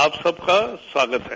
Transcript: आप सबका स्वागत है